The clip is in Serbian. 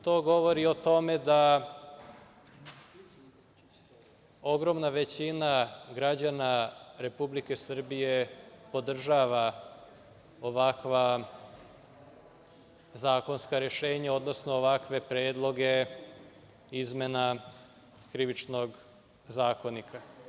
To govori o tome da ogromna većina građana Republike Srbije podržava ovakva zakonska rešenja, odnosno ovakve predloge izmena Krivičnog zakonika.